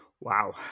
Wow